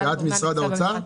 את ממשרד האוצר?